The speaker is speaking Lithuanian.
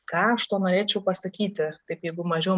ką aš tuo norėčiau pasakyti taip jeigu mažiau